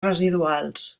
residuals